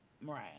Mariah